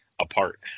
apart